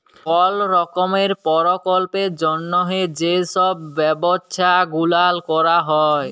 call রকমের পরকল্পের জ্যনহে যে ছব ব্যবছা গুলাল ক্যরা হ্যয়